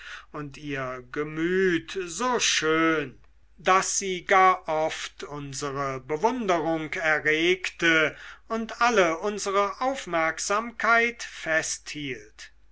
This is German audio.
und ihr gemüt so schön daß sie gar oft unsere bewunderung erregte und alle unsere aufmerksamkeit festhielt